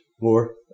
more